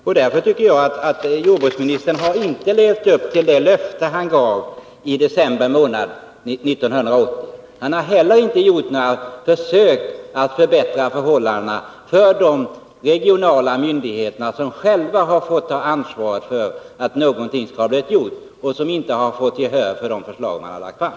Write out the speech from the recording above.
Jag tycker alltså att jordbruksministern inte har levt upp till det löfte som han gav i december 1980. Han har inte heller gjort några försök att förbättra förhållandena för de regionala myndigheterna. De har själva fått ta ansvaret för att någonting blir gjort, men de har inte fått gehör för de framlagda förslagen.